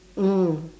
mm